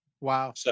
Wow